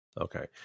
Okay